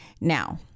Now